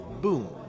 Boom